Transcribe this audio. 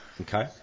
Okay